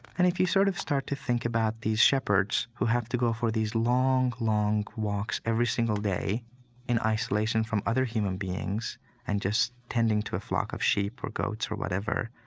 and if you sort of start to think about these shepherds, who have to go for these long, long walks every single day in isolation from other human beings and just tending to a flock of sheep or goats or whatever,